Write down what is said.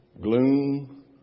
Gloom